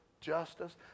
justice